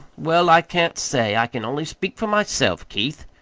well, i can't say. i can only speak for myself, keith.